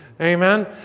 Amen